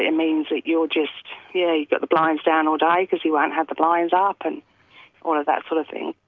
it means that you have yeah but the blinds down all day because he won't have the blinds up, and all of that sort of thing.